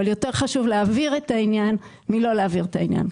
יותר חשוב להבהיר את העניין מלא להבהיר את העניין.